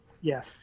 Yes